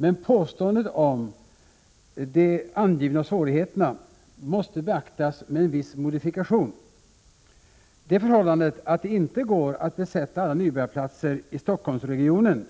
Men påståendet om de angivna svårigheterna måste beaktas med en viss modifikation. Det förhållandet att det inte går att besätta alla nybörjarplatser i Stockholmsregionen